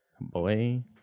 Boy